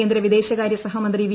കേന്ദ്ര വിദേശകാര്യ ്സഹമന്ത്രി വി